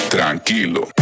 Tranquilo